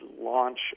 launch